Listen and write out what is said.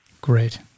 great